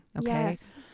Yes